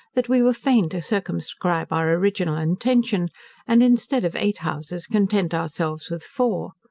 that we were fain to circumscribe our original intention and, instead of eight houses, content ourselves with four.